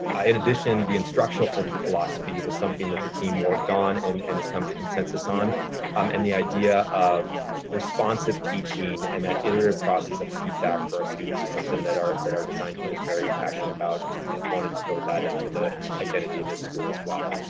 i, in addition, the instructional philosophy was something that the team worked on and and has come to consensus on um and the idea of responsive teaching and that iterative process of feedback for our students is something that our, that our design team is very passionate about and and wanted to build that into the identity of this school as well.